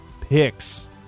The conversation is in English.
picks